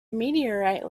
meteorite